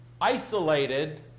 isolated